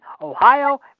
Ohio